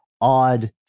odd